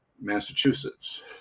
massachusetts